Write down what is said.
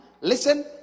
listen